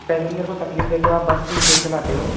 passenger को तकलीफ देते हो आप बस इतनी तेज चलाते हो